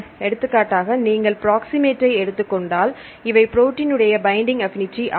எடுத்துக்காட்டாக நீங்கள் ப்ரோக்ஸிமெட் ஐ எடுத்துக் கொண்டால் இவை ப்ரோடீன் உடைய பைண்டிங் அபினிட்டி ஆகும்